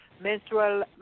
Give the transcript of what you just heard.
menstrual